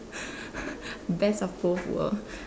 best of both world